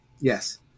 Yes